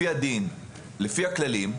לפי הדין ולפי הכללים,